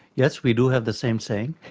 yes, we do have the same saying,